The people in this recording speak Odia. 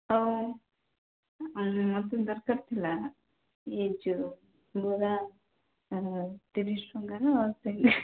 ହଉ ମୋତେ ଦରକାର ଥିଲା ଏ ଯେଉଁ ବରା ଆଉ ତିରିଶ ଟଙ୍କାର ସିଙ୍ଗଡ଼ା